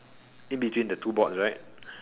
in between the two boards right